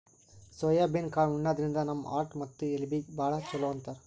soybean ಕಾಳ್ ಉಣಾದ್ರಿನ್ದ ನಮ್ ಹಾರ್ಟ್ ಮತ್ತ್ ಎಲಬೀಗಿ ಭಾಳ್ ಛಲೋ ಅಂತಾರ್